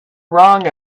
wrong